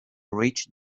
reach